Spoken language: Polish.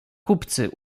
kupcy